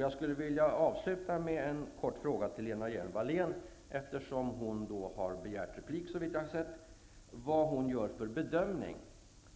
Jag skulle vilja avsluta med en kort fråga till Lena Hjelm-Wallén, eftersom hon såvitt jag har sett har begärt replik, om